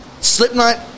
Slipknot